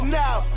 now